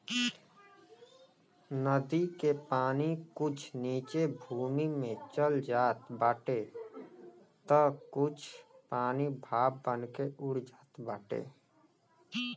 नदी के पानी कुछ नीचे भूमि में चल जात बाटे तअ कुछ पानी भाप बनके उड़ जात बाटे